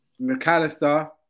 McAllister